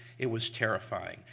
it was terrifying.